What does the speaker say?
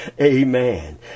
Amen